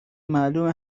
معلومه